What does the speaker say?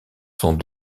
sont